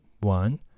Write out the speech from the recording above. one